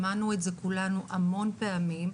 שמענו את זה כולנו הרבה פעמים,